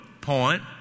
point